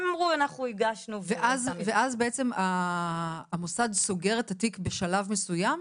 הם אמרו אנחנו הגשנו --- ואז בעצם סוגר את התיק בשלב מסוים,